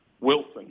Wilson